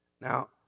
Now